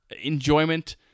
enjoyment